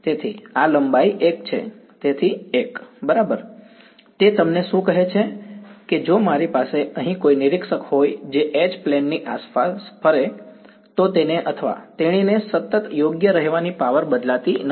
તેથી આ લંબાઈ 1 છે તેથી 1 બરાબર તે તમને શું કહે છે કે જો મારી પાસે અહીં કોઈ નિરીક્ષક હોય જે H પ્લેન ની આસપાસ ફરે તો તેને અથવા તેણીને સતત યોગ્ય રહેવાની પાવર બદલાતી નથી